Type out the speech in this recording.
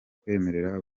kwemerera